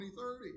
2030